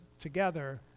together